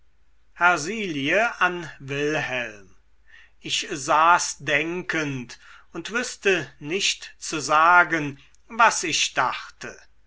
an wilhelm ich saß denkend und wüßte nicht zu sagen was ich dachte